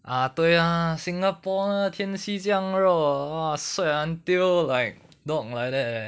啊对 ah singapore lah 天气这样热 wor !wah! sweat until like dog like that leh